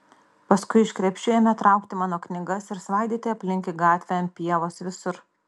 paskui iš krepšių ėmė traukti mano knygas ir svaidyti aplink į gatvę ant pievos visur